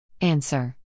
Answer